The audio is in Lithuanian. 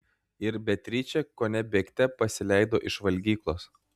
ir beatričė kone bėgte pasileido iš valgyklos